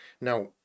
Now